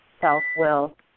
self-will